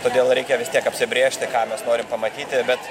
todėl reikia vis tiek apsibrėžti ką mes norim pamatyti bet